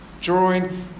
drawing